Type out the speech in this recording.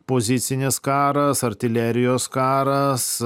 pozicinis karas artilerijos karas